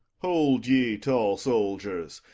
hold ye, tall soldiers,